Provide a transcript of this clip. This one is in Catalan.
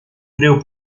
greu